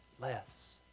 less